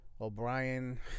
O'Brien